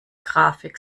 grafik